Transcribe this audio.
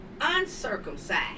uncircumcised